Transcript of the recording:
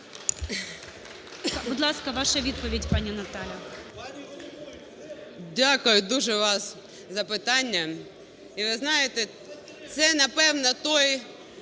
Дякую дуже вам за запитання.